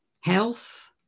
Health